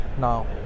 now